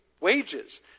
wages